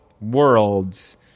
worlds